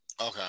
Okay